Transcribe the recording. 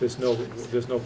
there's no there's no